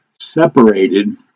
separated